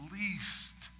least